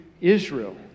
Israel